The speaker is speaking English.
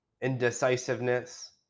indecisiveness